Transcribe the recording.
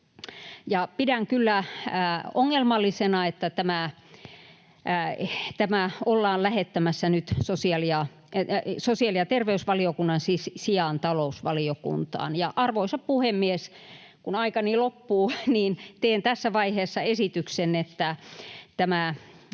Pidän kyllä ongelmallisena, että tämä ollaan lähettämässä nyt sosiaali- ja terveysvaliokunnan sijasta talousvaliokuntaan. Arvoisa puhemies! Kun aikani loppuu, niin teen tässä vaiheessa esityksen, että tämä